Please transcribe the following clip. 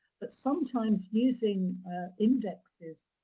but sometimes, using indexes,